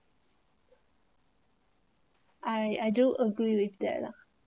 I I do agree with that lah